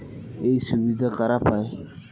এই সুবিধা কারা পায়?